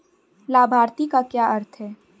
लाभार्थी का क्या अर्थ है?